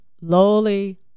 lowly